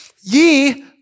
ye